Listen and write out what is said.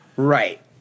Right